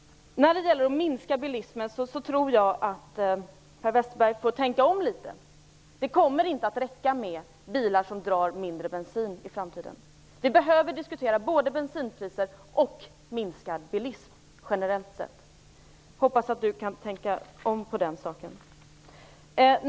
När det gäller att minska bilismen tror jag att Per Westerberg får tänka om litet. Det kommer inte att räcka med bilar som drar mindre bensin i framtiden. Vi behöver diskutera både bensinpriser och minskad bilism generellt sett. Jag hoppas att Per Westerberg kan tänka om på den punkten.